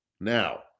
now